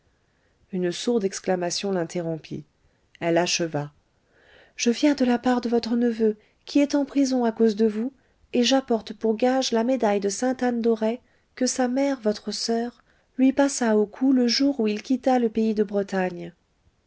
une sourde exclamation l'interrompit elle acheva je viens de la part de votre neveu qui est en prison à cause de vous et j'apporte pour gage la médaille de sainte-anne d'auray que sa mère votre soeur lui passa au cou le jour où il quitta le pays de bretagne